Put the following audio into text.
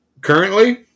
Currently